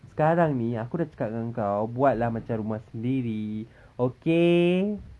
sekarang ni aku dah cakap dengan kau buat lah macam rumah sendiri okay